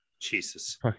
Jesus